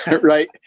right